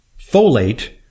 folate